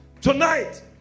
Tonight